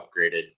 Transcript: upgraded